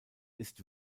ist